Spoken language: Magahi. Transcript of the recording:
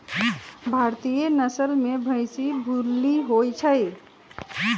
भारतीय नसल में भइशी भूल्ली होइ छइ